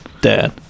dad